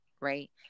right